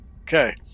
Okay